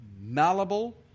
malleable